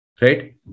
right